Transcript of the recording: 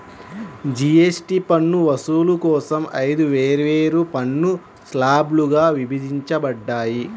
GST పన్ను వసూలు కోసం ఐదు వేర్వేరు పన్ను స్లాబ్లుగా విభజించబడ్డాయి